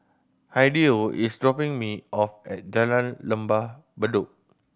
Hideo is dropping me off at Jalan Lembah Bedok